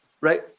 Right